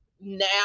now